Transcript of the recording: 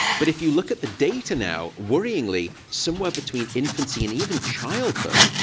but if you look at the data now, worryingly, somewhere between infancy and even childhood,